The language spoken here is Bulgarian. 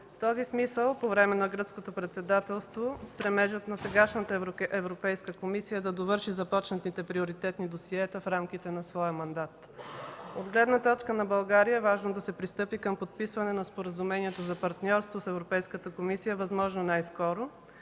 В този смисъл, по време на Гръцкото председателство, стремежът на сегашната Европейска комисия е да довърши започнатите приоритетни досиета в рамките на своя мандат. От гледна точка на България е важно да се пристъпи към подписване на споразуменията за партньорство с Европейската комисия възможно най-скоро,